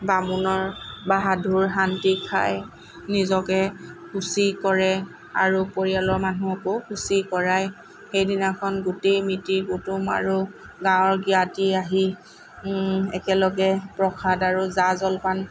বামুণৰ বা সাধুৰ শান্তি খাই নিজকে শুচি কৰে আৰু পৰিয়ালৰ মানুহকো শুচি কৰাই সেই দিনাখন গোটেই মিতিৰ কুটুম আৰু গাঁৱৰ জ্ঞাতি আহি একেলগে প্ৰসাদ আৰু জা জলপান